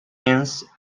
ins